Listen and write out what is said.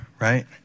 right